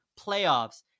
playoffs